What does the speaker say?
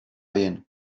bien